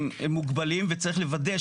הם מוגבלים וצריך לוודא,